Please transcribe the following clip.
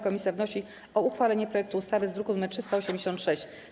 Komisja wnosi o uchwalenie projektu ustawy z druku nr 386.